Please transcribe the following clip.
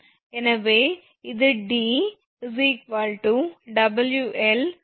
எனவே இது 𝑑 𝑊𝐿28𝐻